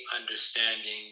understanding